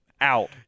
out